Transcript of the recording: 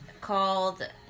called